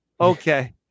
okay